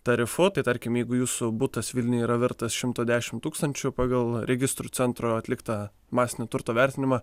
tarifu tai tarkim jeigu jūsų butas vilniuje yra vertas šimto dešimt tūkstančių pagal registrų centro atliktą masinį turto vertinimą